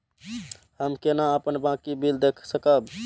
हम केना अपन बाँकी बिल देख सकब?